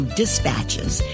dispatches